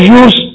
use